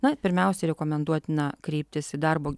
na pirmiausia rekomenduotina kreiptis į darbo